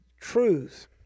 truth